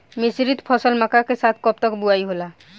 मिश्रित फसल मक्का के साथ कब तक बुआई होला?